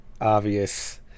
obvious